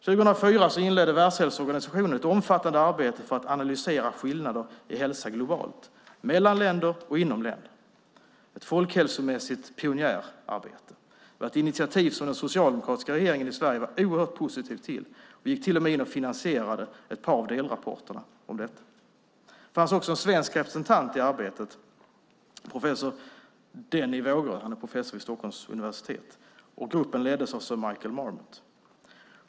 År 2004 inledde Världshälsoorganisationen ett omfattande arbete för att analysera skillnader i hälsa globalt, mellan länder och inom länder - ett folkhälsomässigt pionjärarbete. Det var ett initiativ som den socialdemokratiska regeringen i Sverige var oerhört positiv till. Vi gick till och med in och finansierade ett par av delrapporterna om detta. Det fanns också en svensk representant i arbetet, Denny Vågerö som är professor vid Stockholms universitet. Gruppen leddes av sir Michael Marmot.